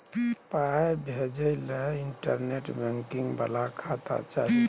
पाय भेजय लए इंटरनेट बैंकिंग बला खाता चाही